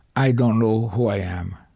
i don't know who i am.